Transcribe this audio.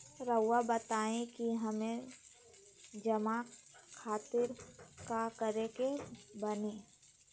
रहुआ बताइं कि हमें जमा खातिर का करे के बानी?